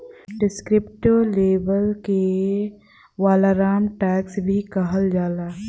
descriptive label के valorem tax भी कहल जाला